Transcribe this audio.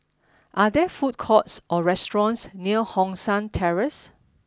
are there food courts or restaurants near Hong San Terrace